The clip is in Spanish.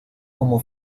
como